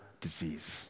disease